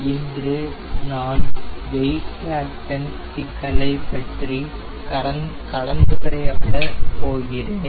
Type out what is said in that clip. இன்று நான் weight fraction சிக்கலைப் பற்றி கலந்துரையாட போகிறேன்